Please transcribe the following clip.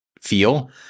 feel